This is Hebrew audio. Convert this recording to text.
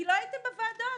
כי לא הייתם בוועדות.